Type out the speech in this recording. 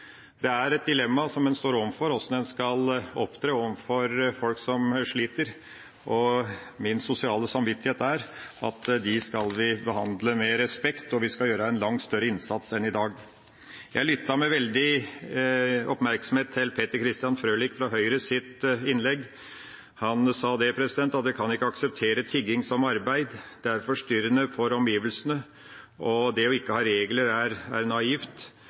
Det er et dilemma som en står overfor, hvordan en skal opptre overfor folk som sliter, og min sosiale samvittighet sier at vi skal behandle dem med respekt, og vi skal gjøre en langt større innsats enn i dag. Jeg lyttet med veldig oppmerksomhet til Peter Christian Frølich fra Høyres innlegg. Han sa at en kan ikke akseptere tigging som arbeid, det er forstyrrende for omgivelsene, og det ikke å ha regler er naivt. Han stilte også spørsmål ved om det å tillate tigging er